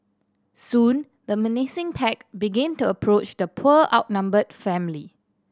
soon the menacing pack began to approach the poor outnumbered family